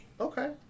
Okay